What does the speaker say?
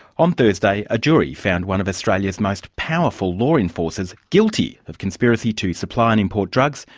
on thursday a jury found one of australia's most powerful law enforcers guilty of conspiracy to supply and import drugs,